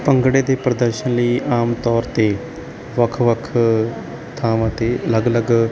ਭੰਗੜੇ ਦੇ ਪ੍ਰਦਰਸ਼ਨ ਲਈ ਆਮ ਤੌਰ 'ਤੇ ਵੱਖ ਵੱਖ ਥਾਵਾਂ 'ਤੇ ਅਲੱਗ ਅਲੱਗ